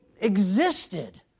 existed